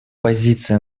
позиция